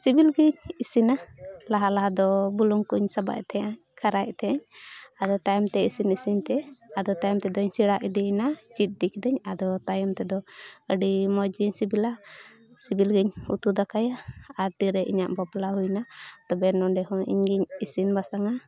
ᱥᱤᱵᱤᱞ ᱜᱤᱧ ᱤᱥᱤᱱᱟ ᱞᱟᱦᱟ ᱞᱟᱦᱟ ᱫᱚ ᱵᱩᱞᱩᱝ ᱠᱚᱧ ᱥᱟᱵᱟᱜ ᱮᱫ ᱛᱟᱦᱮᱱᱟ ᱠᱷᱟᱨᱟᱭᱮᱫ ᱛᱟᱦᱮᱸᱫ ᱟᱫᱚ ᱛᱟᱭᱚᱢ ᱛᱮ ᱤᱥᱤᱱ ᱤᱥᱤᱱ ᱛᱮ ᱟᱫᱚ ᱛᱟᱭᱚᱢ ᱛᱮᱫᱚᱧ ᱥᱮᱬᱟ ᱤᱫᱤᱭᱮᱱᱟ ᱪᱮᱫ ᱤᱫᱤ ᱠᱤᱫᱟᱹᱧ ᱟᱫᱚ ᱛᱟᱭᱚᱢ ᱛᱮᱫᱚ ᱟᱹᱰᱤ ᱢᱚᱡᱽ ᱜᱤᱧ ᱥᱤᱵᱤᱞᱟ ᱥᱤᱵᱤᱞ ᱜᱤᱧ ᱩᱛᱩ ᱫᱟᱠᱟᱭᱟ ᱟᱨ ᱛᱤᱨᱮ ᱤᱧᱟᱹᱜ ᱵᱟᱯᱞᱟ ᱦᱩᱭᱱᱟ ᱛᱚᱵᱮ ᱱᱚᱰᱮ ᱦᱚᱸ ᱤᱧᱜᱤᱧ ᱤᱥᱤᱱ ᱵᱟᱥᱟᱝᱟ